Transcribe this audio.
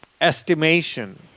estimation